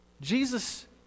jesus